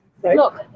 Look